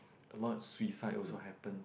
a lot of suicide also happen